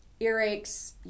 earaches